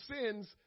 sins